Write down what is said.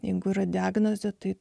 jeigu yra diagnozė tai